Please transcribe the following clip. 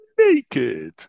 naked